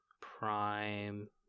Prime